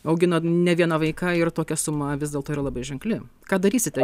augina ne vieną vaiką ir tokia suma vis dėlto yra labai ženkli ką darysit